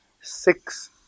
six